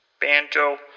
Banjo